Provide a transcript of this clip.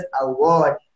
Award